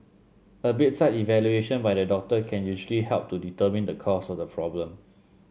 a bedside evaluation by the doctor can usually help to determine the cause of the problem